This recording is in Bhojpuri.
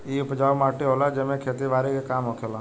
इ उपजाऊ माटी होला जेमे खेती बारी के काम होखेला